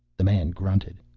the man grunted.